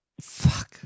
Fuck